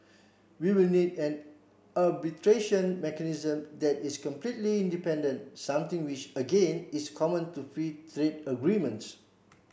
we will need an arbitration mechanism that is completely independent something which again is common to free trade agreements